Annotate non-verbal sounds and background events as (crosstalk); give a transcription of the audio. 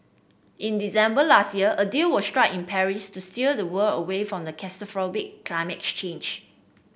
in December last year a deal was struck in Paris to steer the world away from (unintelligible) climate change